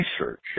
research